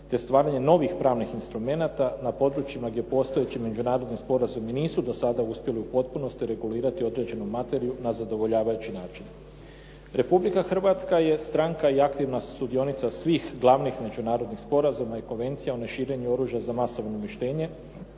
te stvaranje novih pravnih instrumenata na područjima gdje postojeći međunarodni sporazumi nisu do sada uspjeli u potpunosti regulirati određenu materiju na zadovoljavajući način. Republika Hrvatska je stranka i aktivna sudionica svih glavnih međunarodnih sporazuma i konvencija o neširenju oružja za masovno uništenje